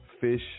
fish